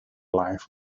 life